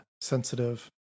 sensitive